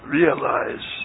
realize